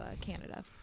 Canada